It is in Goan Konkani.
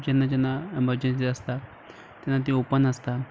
जेन्ना जेन्ना एमरजंसी आसता लक्ष्य तेन्ना ती ऑपन आसता